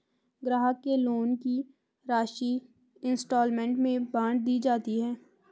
ग्राहक के लोन की राशि इंस्टॉल्मेंट में बाँट दी जाती है